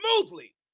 smoothly